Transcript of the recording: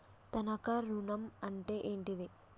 తనఖా ఋణం అంటే ఏంటిది?